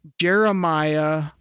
Jeremiah